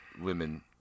women